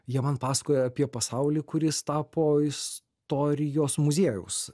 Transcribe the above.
jie man pasakojo apie pasaulį kuris tapo istorijos muziejaus